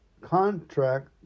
contract